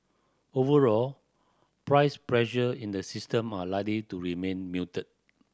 overall price pressure in the system are likely to remain muted